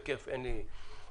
אין בעיה.